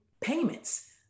payments